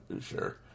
Sure